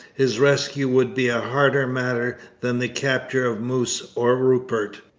his rescue would be a harder matter than the capture of moose or rupert.